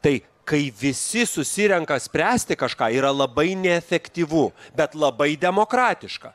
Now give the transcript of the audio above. tai kai visi susirenka spręsti kažką yra labai neefektyvu bet labai demokratiška